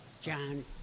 John